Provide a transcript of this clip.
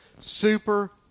super